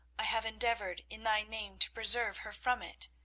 i have endeavoured in thy name to preserve her from it.